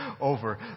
over